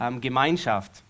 Gemeinschaft